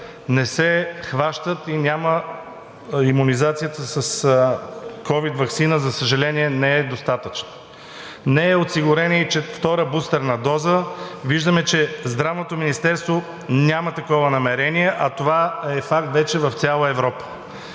не се хващат, а имунизацията с ковид ваксина, за съжаление, не е достатъчна. Не е осигурена и втора бустерна доза. Виждаме, че Здравното министерство няма такова намерение, а това е факт вече в цяла Европа.